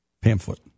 pamphlet